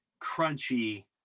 crunchy